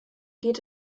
geht